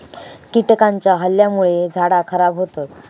कीटकांच्या हल्ल्यामुळे झाडा खराब होतत